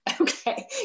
okay